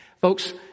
Folks